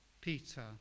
Peter